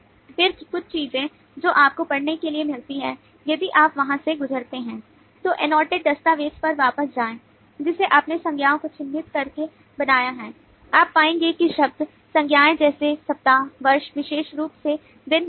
फिर कुछ चीजें जो आपको पढ़ने के लिए मिलती हैं यदि आप वहां से गुजरते हैं तो annotated दस्तावेज पर वापस जाएं जिसे आपने संज्ञाओं को चिह्नित करके बनाया है आप पाएंगे कि शब्द संज्ञाएं जैसे सप्ताह वर्ष विशेष रूप से दिन महीना